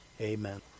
amen